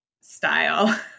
style